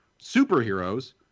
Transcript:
superheroes